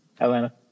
Atlanta